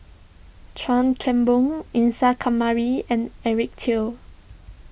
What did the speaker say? Chuan Keng Boon Isa Kamari and Eric Teo